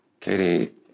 Katie